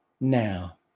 now